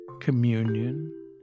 communion